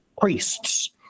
priests